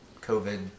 COVID